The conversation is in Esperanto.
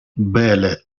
bele